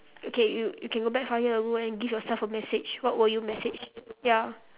okay you you can go back five years ago and give yourself a message what would you message ya